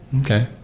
Okay